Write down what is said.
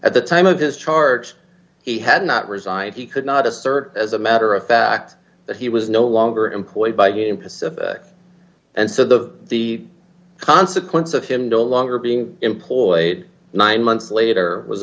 at the time of his charge he had not resigned he could not assert as a matter of fact that he was no longer employed by you and so the the consequence of him doing longer being employed nine months later was